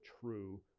true